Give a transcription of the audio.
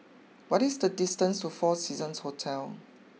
what is the distance to four Seasons Hotel